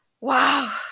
wow